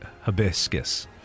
Hibiscus